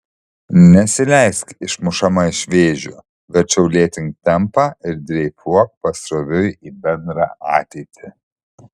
nesileisk išmušama iš vėžių verčiau lėtink tempą ir dreifuok pasroviui į bendrą ateitį